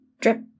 drip